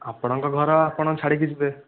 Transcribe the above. ଆପଣଙ୍କ ଘର ଆପଣ ଛାଡ଼ିକି ଯିବେ